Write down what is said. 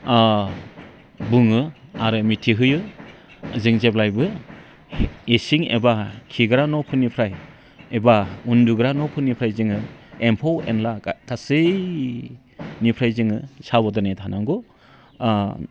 बुङो आरो मिथिहोयो जों जेब्लायबो इसिं एबा खिग्रा न'फोरनिफ्राय एबा उन्दुग्रा न'फोरनिफ्राय जोङो एम्फौ एनला गासैनिफ्राय जोङो साबधानै थानांगौ